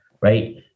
right